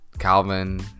Calvin